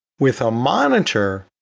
with a monitor,